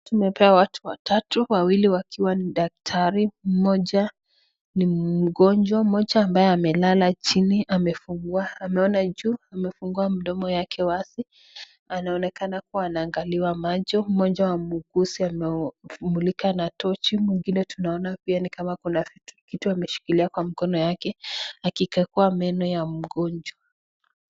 Tumepewa watu watatu ,wawili wakiwa ni daktari, mmoja ni mgonjwa, mmoja ambaye amelala chini amefungua meno juu amefungua mdomo yake wazi, anaonekana kuwa anaangaliwa macho, mmoja wa muuguzi amemulika na tochi, mwingine tunaona kuwa kuna kitu ameshikilia kwa mkono wake akikagua meno ya mgonjwa.